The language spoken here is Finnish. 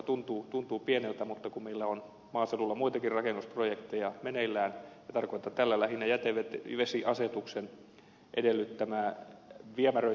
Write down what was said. se tuntuu pieneltä mutta kun meillä on maaseudulla muitakin rakennusprojekteja meneillään ja tarkoitan tällä lähinnä jätevesiasetuksen edellyttämää viemäröintipolitiikkaa